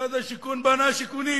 משרד השיכון בנה שיכונים.